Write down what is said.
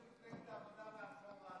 שלט של מפלגת העבודה מאחור,